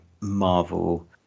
Marvel